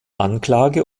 anklage